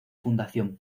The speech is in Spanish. fundación